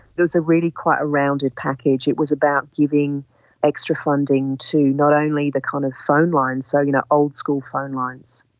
really quite a rounded package, it was about giving extra funding to not only the kind of phone lines, so you know old-school phone lines,